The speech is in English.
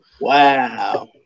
Wow